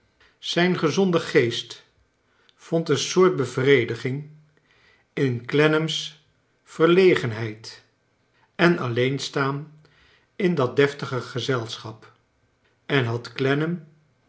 zijn gezonde geest vond een soort bevrediging in clennam's verlegenheid en alleen staan in dat deftige gezelschap en had